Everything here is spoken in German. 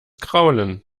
kraulen